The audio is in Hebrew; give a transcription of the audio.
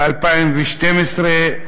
ב-2012,